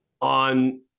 on